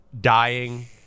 dying